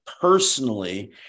personally